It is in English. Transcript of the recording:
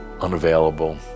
unavailable